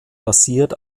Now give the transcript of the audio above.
basiert